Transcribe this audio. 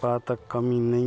पातक कमी नहि